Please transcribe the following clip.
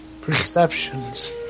Perceptions